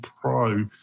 Pro